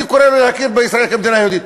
אני קורא לו להכיר בישראל כמדינה יהודית.